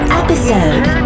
episode